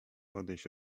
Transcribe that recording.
odejść